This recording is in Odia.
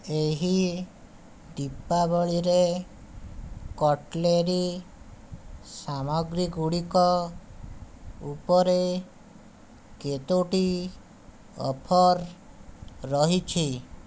ଏହି ଦୀପାବଳିରେ କଟ୍ଲେରି ସାମଗ୍ରୀଗୁଡ଼ିକ ଉପରେ କେତୋଟି ଅଫର ରହିଛି